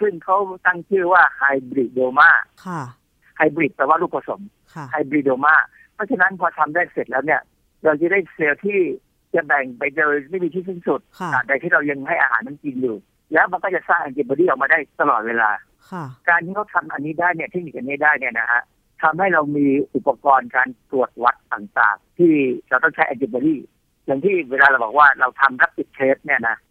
ซึ่งเขาตั้งชื่อว่า hybridomaค่ะhybrid แปลว่าลูกผสมค่ะhybridoma เพราะฉะนั้นพอทำได้เสร็จแล้วเนี่ย เราจะได้เซลล์ที่จะแบ่งไปโดยไม่มีที่สิ้นสุดค่ะตราบใดที่เรายังให้อาหารมันกินอยู่ แล้วมันก็จะสร้างแอนติบอดีออกมาได้ตลอดเวลาค่ะการที่เขาทำอันนี้ได้เนี่ย เทคนิคอันนี้ได้เนี่ยนะฮะ ทำให้เรามีอุปกรณ์การตรวจวัดต่างๆที่เราต้องใช้แอนติบอดี อย่างที่เวลาเราบอกว่าเราทำ rapid test เนี่ยนะ